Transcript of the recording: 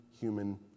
human